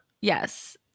Yes